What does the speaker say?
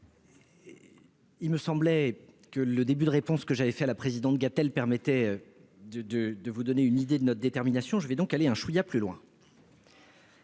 il me semblait que le début de réponse que j'avais fait à Mme Gatel permettait de vous donner une idée de notre détermination. Je vais donc aller un chouïa plus loin.